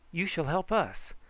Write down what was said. you shall help us.